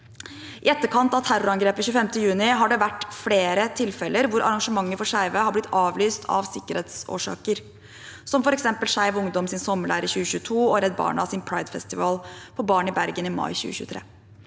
I etterkant av terrorangrepet 25. juni har det vært flere tilfeller hvor arrangementer for skeive har blitt avlyst av sikkerhetsmessige årsaker, f.eks. Skeiv Ungdoms sommerleir i 2022 og Redd Barnas pridefestival for barn i Bergen i mai 2023.